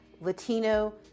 Latino